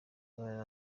yari